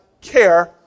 care